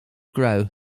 grow